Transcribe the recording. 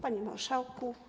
Panie Marszałku!